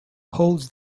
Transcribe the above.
holds